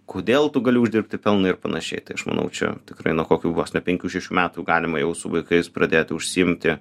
kodėl tu gali uždirbti pelną ir panašiai tai aš manau čia tikrai nuo kokių vos ne penkių šešių metų galima jau su vaikais pradėti užsiimti